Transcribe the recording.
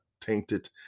tainted